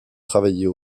travailler